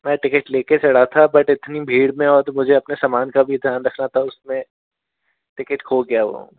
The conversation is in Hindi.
मैं टिकट ले कर चढ़ा था बट इतनी भीड़ में मुझे अपने सामान का भी ध्यान रखना था तो उसमें टिकट खो गया वह